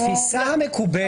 התפיסה המקובלת,